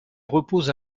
repose